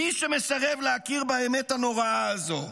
מי שמסרב להכיר באמת הנוראה הזו,